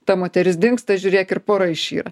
ta moteris dingsta žiūrėk ir pora išyra